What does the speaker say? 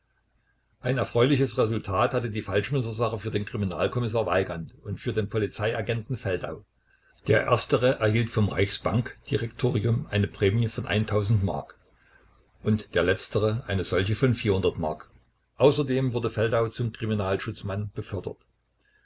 ein erfreuliches resultat hatte die falschmünzersache für den kriminalkommissar weigand und für den polizeiagenten feldau der erstere erhielt vom reichsbankdirektorium eine prämie von mark und der letztere eine solche von mark außerdem wurde feldau zum kriminalschutzmann befördert